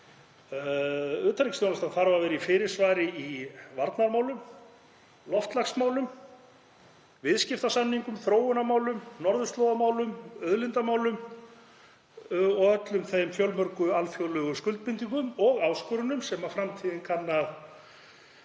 þarf að vera í fyrirsvari í varnarmálum, loftslagsmálum, viðskiptasamningum, þróunarmálum, norðurslóðamálum, auðlindamálum og öllum þeim fjölmörgu alþjóðlegu skuldbindingum og áskorunum sem framtíðin kann að